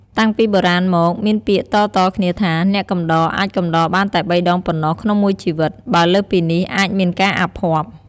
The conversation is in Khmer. តាំងពីបុរាណមកមានពាក្យតៗគ្នាថា អ្នកកំដរអាចកំដរបានតែបីដងប៉ុណ្ណោះក្នុងមួយជីវិត បើលើសពីនេះអាចមានការអភ័ព្វ។